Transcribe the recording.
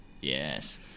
Yes